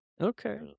okay